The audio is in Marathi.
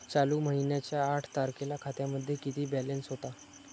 चालू महिन्याच्या आठ तारखेला खात्यामध्ये किती बॅलन्स होता?